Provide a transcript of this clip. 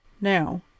Now